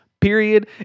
Period